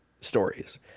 stories